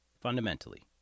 Fundamentally